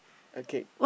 okay